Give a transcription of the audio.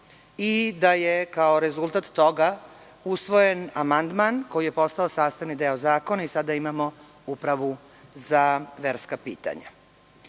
i da je, kao rezultat toga, usvojen amandman koji je postao sastavni deo zakona i sada imamo upravu za verska pitanja. Druga